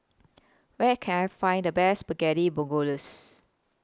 Where Can I Find The Best Spaghetti